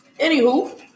anywho